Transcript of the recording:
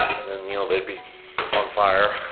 and then you know they'd be on fire.